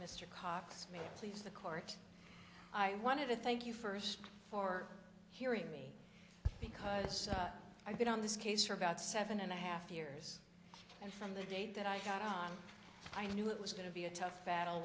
mr cox me please the court i wanted to thank you first for hearing me because i've been on this case for about seven and a half years and from the day that i got on i knew it was going to be a tough battle